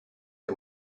del